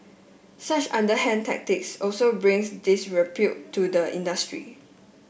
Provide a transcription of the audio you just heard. such underhand tactics also brings this disrepute to the industry